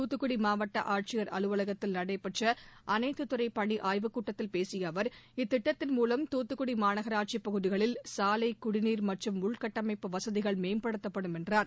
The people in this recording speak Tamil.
தூத்துக்குடி மாவட்ட ஆட்சியர் அலுவலகத்தில் நடைபெற்ற அனைத்துத்துறை பணி ஆய்வுக் கூட்டத்தில் பேசிய அவர் இத்திட்டத்தின் மூவம் தூத்துக்குடி மாநகராட்சிப் பகுதிகளில் சாலை குடிநீர் மற்றும் உள்கட்டமைப்பு வசதிகள் மேம்படுத்தப்படும் என்றார்